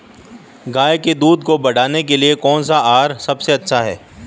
गाय के दूध को बढ़ाने के लिए कौनसा आहार सबसे अच्छा है?